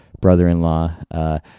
brother-in-law